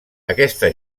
aquesta